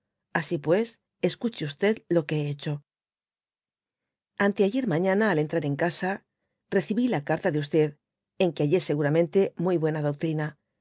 asi pues y escuche lo que hé hecho anteayer mañana al entrar en casa recibí la carta de en que hallé seguramente muy buena doctrina